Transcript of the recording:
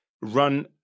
run